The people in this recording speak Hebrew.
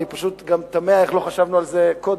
אני פשוט גם תמה איך לא חשבנו על זה קודם,